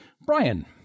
Brian